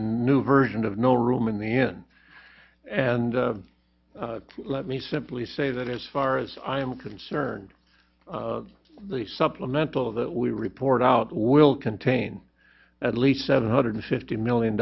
a new version of no room in the end and let me simply say that as far as i'm concerned the supplemental that we report out will contain at least seven hundred fifty million